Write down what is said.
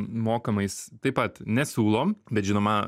mokamais taip pat nesiūlom bet žinoma